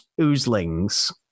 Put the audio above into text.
oozlings